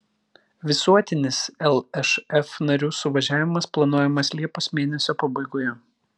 visuotinis lšf narių suvažiavimas planuojamas liepos mėnesio pabaigoje